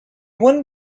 wanted